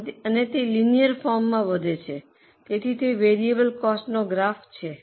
અને તે લિનીએર ફોર્મમાં વધે છે તેથી તે વેરીએબલ કોસ્ટનો ગ્રાફ છે